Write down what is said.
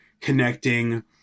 connecting